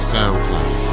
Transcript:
SoundCloud